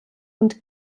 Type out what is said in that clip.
und